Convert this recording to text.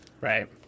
Right